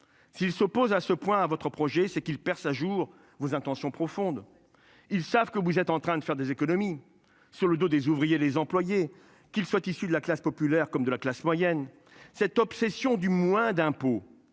S'il s'oppose à ce point à votre projet, c'est qu'il perce à jour vos intentions profondes. Ils savent que vous êtes en train de faire des économies sur le dos des ouvriers, les employés qu'ils soient issus de la classe populaire comme de la classe moyenne. Cette obsession du moins d'impôts